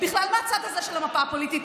בכלל מהצד הזה של המפה הפוליטית.